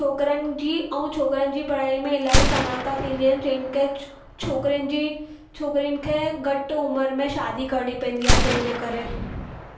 छोकिरनि जी ऐं छोकिरनि जी पढ़ाई में इलाही समान्ता थींदी आहिनि जंहिंखे छोकिरियुनि जी छोकिरियुनि खे घटि उमिरि में शादी करिणी पवंदी आहे जंहिंजे करे